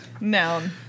Noun